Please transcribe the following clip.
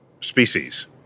species